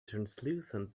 translucent